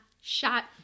shot